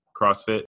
CrossFit